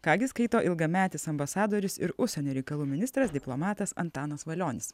ką gi skaito ilgametis ambasadorius ir užsienio reikalų ministras diplomatas antanas valionis